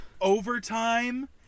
overtime